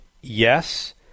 yes